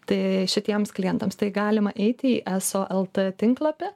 tai šitiems klientams tai galima eiti į eso el t tinklapi